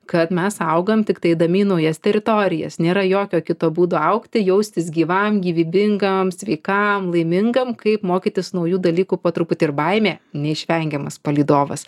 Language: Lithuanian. kad mes augam tiktai eidami į naujas teritorijas nėra jokio kito būdo augti jaustis gyvam gyvybingam sveikam laimingam kaip mokytis naujų dalykų po truputį ir baimė neišvengiamas palydovas